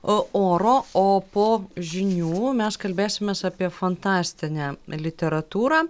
o oro o po žinių mes kalbėsimės apie fantastinę literatūrą